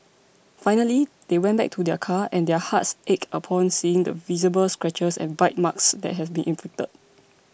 finally they went back to their car and their hearts ached upon seeing the visible scratches and bite marks that had been inflicted